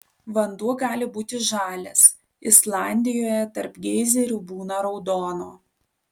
vanduo gali būti žalias islandijoje tarp geizerių būna raudono